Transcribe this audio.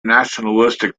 nationalistic